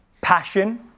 passion